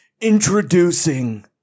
introducing